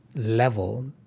level,